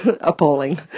appalling